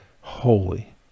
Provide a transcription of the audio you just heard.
holy